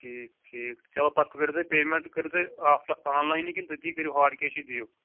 ٹھیٖک ٹھیٖک چلو پَتہٕ کٔرِو تُہۍ پیمٮ۪نٛٹ کٔرِو تُہۍ آف آن لاینٕے کِنہٕ تٔتی کٔرِو ہارڑ کیشٕے دِیِو